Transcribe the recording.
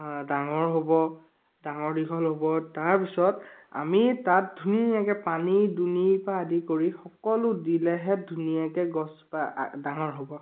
ডাঙৰ হ'ব ডাঙৰ দীঘল হ'ব তাৰ পিছত আমি তাত ধুনীয়াকৈ পানী দুনীৰ পৰা আদি কৰি সকলো দিলেহে ধুনীয়াকৈ গছজোপা ডাঙৰ হ'ব